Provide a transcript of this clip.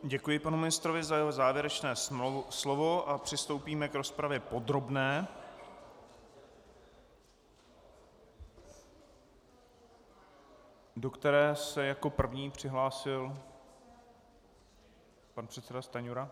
Děkuji panu ministrovi za jeho závěrečné slovo a přistoupíme k rozpravě podobné, do které se jako první přihlásil pan předseda Stanjura?